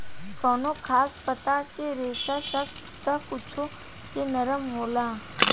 कवनो खास पता के रेसा सख्त त कुछो के नरम होला